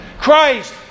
Christ